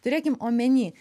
turėkim omeny